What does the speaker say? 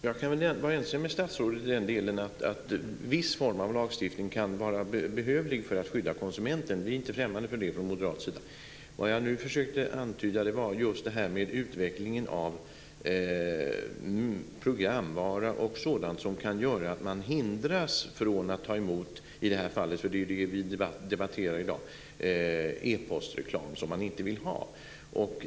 Fru talman! Jag kan vara ense med statsrådet i den delen att viss form av lagstiftning kan vara behövlig för att skydda konsumenten. Vi är inte främmande för det från moderat sida. Vad jag nu försökte antyda var just utvecklingen av programvara som kan göra att man hindras från att ta emot, som i detta fall, e-postreklam, som vi diskuterar i dag, som man inte vill ha.